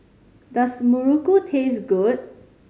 does muruku taste good